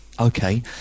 Okay